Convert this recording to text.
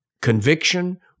conviction